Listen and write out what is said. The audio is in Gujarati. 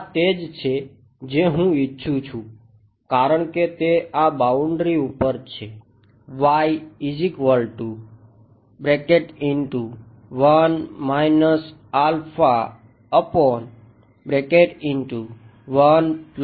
હા તે જ છે જે હું ઇચ્છું છું કારણ કે તે આ બાઉન્ડ્રી ઉપર છે